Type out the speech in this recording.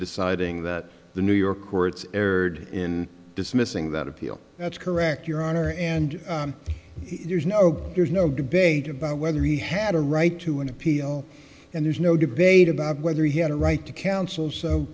deciding that the new york words erred in dismissing that appeal that's correct your honor and there's no there's no debate about whether he had a right to an appeal and there's no debate about whether he had a right to counsel so